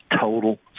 total